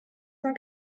cent